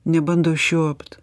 nebando žiopt